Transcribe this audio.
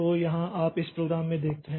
तो यहाँ आप इस प्रोग्राम में देखते हैं